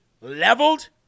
leveled